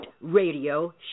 radio